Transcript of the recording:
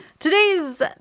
Today's